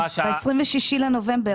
ב-26 בנובמבר.